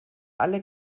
alle